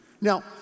Now